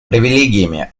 привилегиями